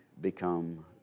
become